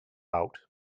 out